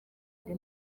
ari